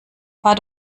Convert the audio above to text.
fahr